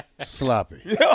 Sloppy